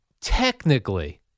technically